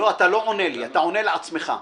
אני עונה לך.